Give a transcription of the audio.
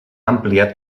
ampliat